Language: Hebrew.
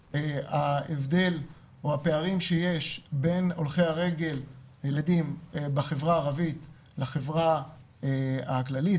ההבדל או הפערים שיש בין ילדים הולכי רגל בחברה הערבית לחברה הכללית,